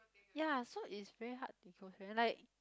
ya so is very hard to close friend like